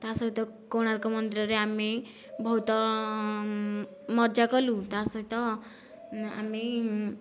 ତା ସହିତ କୋଣାର୍କ ମନ୍ଦିରରେ ଆମେ ବହୁତ ମଜା କଲୁ ତା ସହିତ ଆମେ